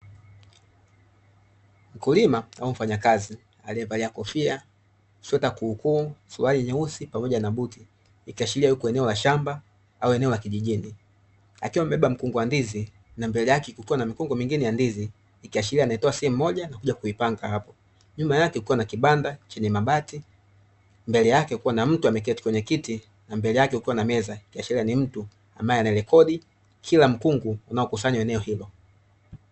Mkulima au mfanyakazi aliyevalia kofia, sweta kuukuu, suruali nyeusi pamoja na buti, ikiashiria yuko eneo la shamba, au eneo la Kijijini, akiwa amebeba mkungu wa ndizi, na mbele yake kukiwa na mikungu mingine ya ndizi, ikiashiria anaitoa sehemu moja na kuja kuipanga hapa; nyuma yake kukiwa na kibanda chenye mabati, mbele yake kukiwa na mtu ameketi kwenye kiti na mbele yake kukiwa na meza, ikiashiria ni mtu ambaye ana rekodi kila mkungu unaokusanywa eneo hilo.